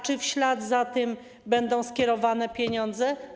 Czy w ślad za tym będą skierowane pieniądze?